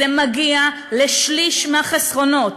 זה מגיע לשליש מהחסכונות.